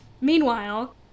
Meanwhile